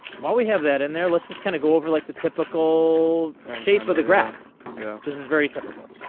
well we have that in there let's just kind of go over like the typical. shape of the graph now this is very typical.